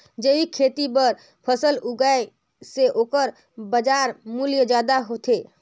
जैविक खेती बर फसल उगाए से ओकर बाजार मूल्य ज्यादा होथे